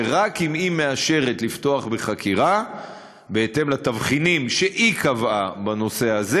ורק אם היא מאשרת לפתוח בחקירה בהתאם לתבחינים שהיא קבעה בנושא הזה,